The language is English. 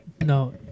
no